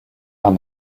and